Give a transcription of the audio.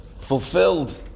fulfilled